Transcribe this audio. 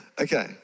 Okay